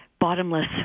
bottomless